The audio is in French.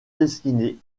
dessinée